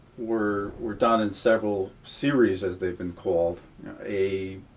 were were done in several series as they've been called a,